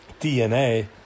DNA